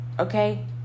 okay